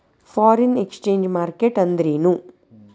Foreign exchange market ಅಂದ್ರೇನು?